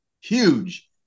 huge